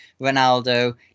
Ronaldo